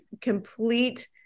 complete